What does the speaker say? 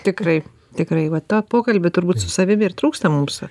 tikrai tikrai va tą pokalbį turbūt su savimi ir trūksta mumsa